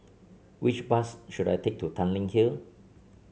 which bus should I take to Tanglin Hill